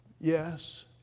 yes